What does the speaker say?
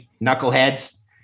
knuckleheads